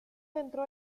dentro